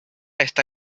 está